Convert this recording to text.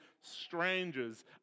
strangers